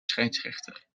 scheidsrechter